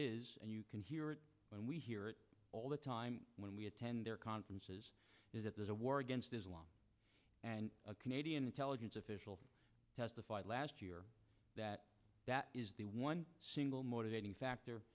mantra and you can hear it when we hear it all the time when we attend their conferences is that there's a war against islam and a canadian intelligence official testified last year that that is the one single motivating